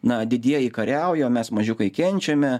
na didieji kariauja o mes mažiukai kenčiame